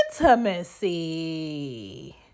intimacy